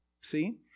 See